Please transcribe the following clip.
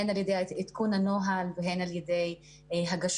הן על ידי עדכון הנוהל והן על ידי הגשה